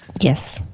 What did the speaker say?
Yes